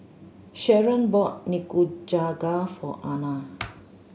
Sharon bought Nikujaga for Ana